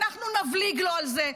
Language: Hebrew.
ואנחנו נבליג לו על זה.